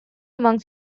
among